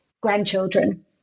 grandchildren